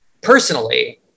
personally